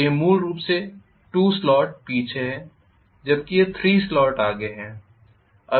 तो यह मूल रूप से 2 स्लॉट पीछे है जबकि यह 3 स्लॉट्स आगे है